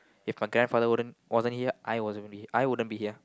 if my grandfather wouldn't wasn't here I wasn't even here I wouldn't be here